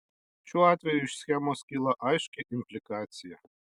šiuo atveju iš schemos kyla aiški implikacija